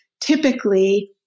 typically